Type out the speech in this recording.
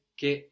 che